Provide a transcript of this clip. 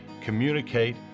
communicate